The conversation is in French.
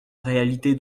réalité